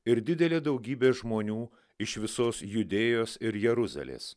ir didelė daugybė žmonių iš visos judėjos ir jeruzalės